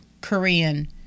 Korean